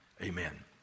amen